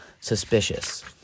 suspicious